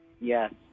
Yes